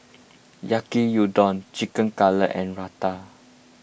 Yaki Udon Chicken Cutlet and Raita